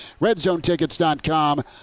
RedZoneTickets.com